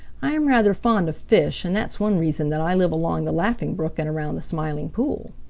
i am rather fond of fish, and that's one reason that i live along the laughing brook and around the smiling pool.